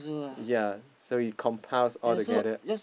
ya so it compounds all together